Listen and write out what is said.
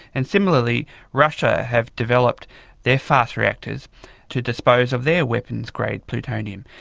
and similarly russia have developed their fast reactors to dispose of their weapons-grade plutonium.